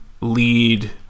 lead